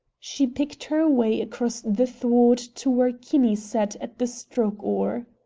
she picked her way across the thwart to where kinney sat at the stroke oar.